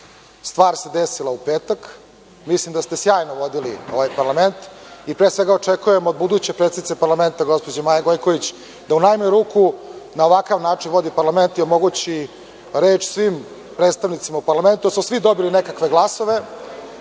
stvar desila u petak, mislim da ste sjajno vodili ovaj parlament i pre svega očekujem od buduće predsednice parlamenta gospođe Maje Gojković da u najmanju ruku na ovakav način vodi parlament i omogući reč svim predstavnicima u parlamentu, jer su svi dobili nekakve glasove. Ne